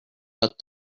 but